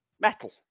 Metal